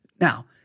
now